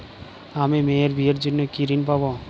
আমি মেয়ের বিয়ের জন্য কি ঋণ পাবো?